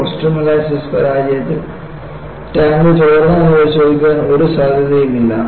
Boston molasses പരാജയത്തിൽ tank ചോർന്നോ എന്ന് പരിശോധിക്കാൻ ഒരു സാധ്യതയുമില്ല